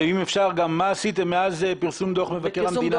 ואם אפשר גם מה עשיתם מאז פרסום דוח מבקר המדינה.